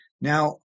now